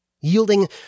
yielding